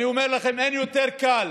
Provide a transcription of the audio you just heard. אני אומר לכם, אין יותר קל